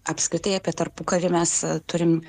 apskritai apie tarpukarį mes turim